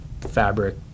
fabric